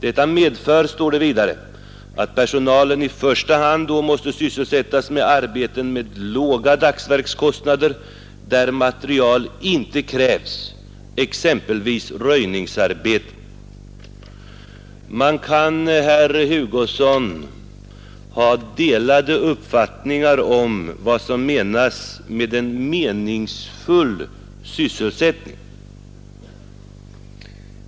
Detta medför, står det vidare, att personalen i första hand måste sysselsättas med arbeten med låga dagsverkskostnader, där materiel inte krävs, exempelvis röjningsarbeten. Man kan, herr Hugosson, ha delade uppfattningar om vad som menas med en meningsfylld sysselsättning.